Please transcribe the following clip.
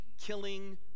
killing